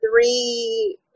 three